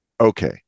okay